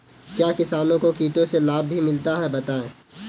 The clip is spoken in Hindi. क्या किसानों को कीटों से लाभ भी मिलता है बताएँ?